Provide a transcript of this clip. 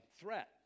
threat